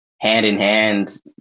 hand-in-hand